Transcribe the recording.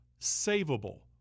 savable